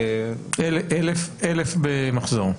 1,000 במחזור?